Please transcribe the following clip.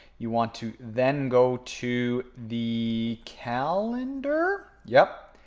you want to then go to the calendar. yep.